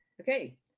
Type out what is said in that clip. Okay